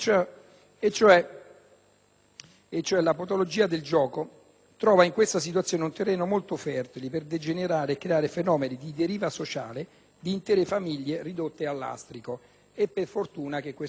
in questa situazione un terreno molto fertile per degenerare e creare fenomeni di deriva sociale di intere famiglie ridotte al lastrico: e per fortuna che questo Governo aiuta le famiglie! Qui si tratta, invece,